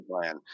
plan